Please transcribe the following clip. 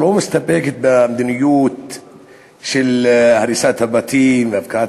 לא מסתפקת במדיניות של הריסת הבתים והפקעת